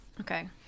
Okay